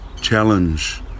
challenge